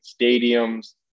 stadiums